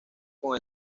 con